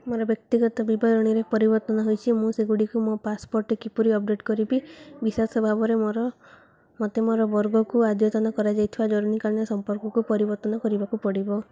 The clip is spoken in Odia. ମୋର ବ୍ୟକ୍ତିଗତ ବିବରଣୀରେ ପରିବର୍ତ୍ତନ ହୋଇଛି ମୁଁ ସେଗୁଡ଼ିକୁ ମୋ ପାସପୋର୍ଟ୍ରେ କିପରି ଅପଡ଼େଟ୍ କରିବି ବିଶେଷ ଭାବରେ ମୋତେ ମୋର ବର୍ଗକୁ ଅଦ୍ୟତନ କରାଯାଇଥିବା ଜରୁରୀକାଳୀନ ସମ୍ପର୍କକୁ ପରିବର୍ତ୍ତନ କରିବାକୁ ପଡ଼ିବ